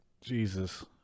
Jesus